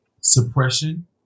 suppression